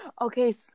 okay